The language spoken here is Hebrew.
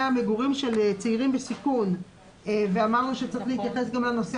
המגורים של צעירים בסיכון ואמרנו שצריך להתייחס גם לנושא